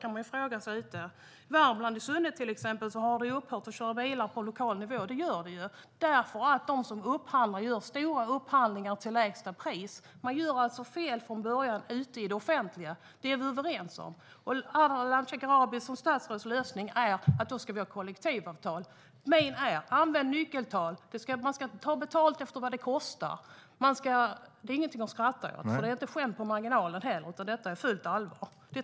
I synnerhet i Värmland har man upphört att köra taxibilar på lokal nivå, därför att de som upphandlar gör stora upphandlingar till lägsta pris. Det offentliga gör alltså fel från början - det är vi överens om. Ardalan Shekarabis lösning är kollektivavtal. Min lösning är att man ska använda nyckeltal. Man ska ta betalat efter vad det kostar.